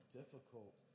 difficult